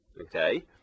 okay